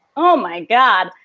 oh, my god.